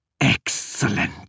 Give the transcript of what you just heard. Excellent